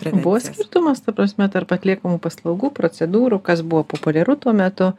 bet buvo skirtumas tarp atliekamų paslaugų procedūrų kas buvo populiaru tuo metu